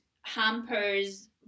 hampers